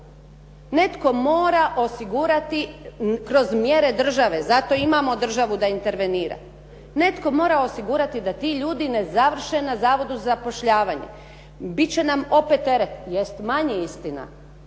Netko mora osigurati kroz mjere države, zato imamo državu da intervenira, netko mora osigurati da ti ljudi ne završe na Zavodu za zapošljavanje, biti će nam opet teret, jest manje istina.